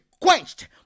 quenched